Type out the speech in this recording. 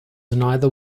neither